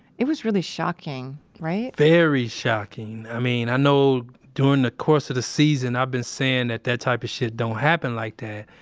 it was shocking, right? very shocking. i mean, i know during the course of the season i've been saying that that type of shit don't happen like that,